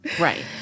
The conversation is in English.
right